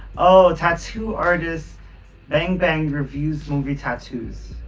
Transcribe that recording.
oh a tattoo artists bang bang reviews movie tattoos.